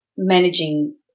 managing